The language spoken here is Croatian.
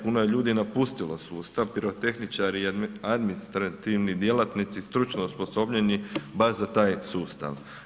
Puno je ljudi napustilo sustav, pirotehničari i administrativni djelatnici stručno osposobljeni baš za taj sustav.